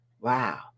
wow